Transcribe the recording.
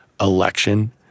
election